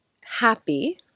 happy